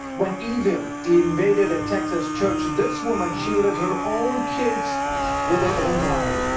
when evil invaded a texas church, this woman shielded her own kids with her own body.